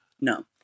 No